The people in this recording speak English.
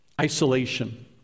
Isolation